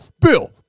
bill